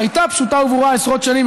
שהייתה פשוטה וברורה עשרות שנים,